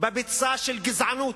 בביצה של גזענות.